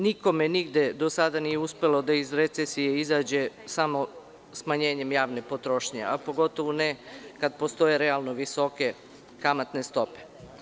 Nikome nigde do sada nije uspelo da iz recesije izađe samo smanjenjem javne potrošnje, a pogotovu ne kad postoje realno visoke kamatne stope.